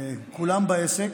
כולם בעסק.